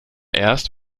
erst